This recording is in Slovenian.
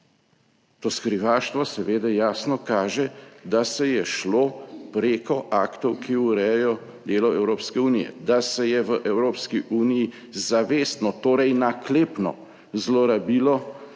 To skrivaštvo seveda jasno kaže, da se je šlo preko aktov, ki urejajo delo Evropske unije. Da se je v Evropski uniji zavestno, torej naklepno zlorabilo